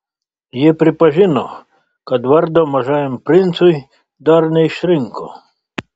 jie pripažino kad vardo mažajam princui dar neišrinko